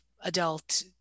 adult